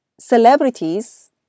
celebrities